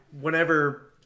whenever